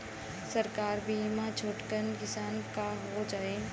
सरकारी बीमा छोटकन किसान क हो जाई?